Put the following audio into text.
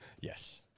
Yes